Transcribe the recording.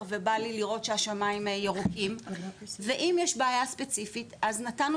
ורציתי לראות שהשמיים ירוקים ואם יש בעיה ספציפית אז נתנו